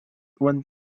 one